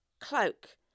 cloak